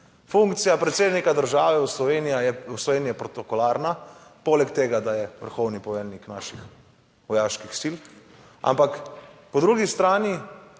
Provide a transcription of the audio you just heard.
Funkcija predsednika države v Slovenija je, v Sloveniji je protokolarna, poleg tega, da je vrhovni poveljnik naših vojaških sil. Ampak po drugi strani